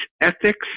ethics